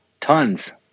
Tons